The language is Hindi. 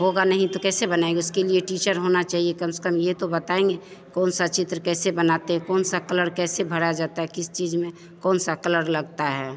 होगा नहीं तो कैसे बनाएँगे उसके लिए टीचर होना चाहिए कम से कम यह तो बताएँगे कौन सा चित्र कैसे बनाते हैं कौन सा कलर कैसे भरा जाता है किस चीज़ में कौन सा कलर लगता है